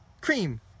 cream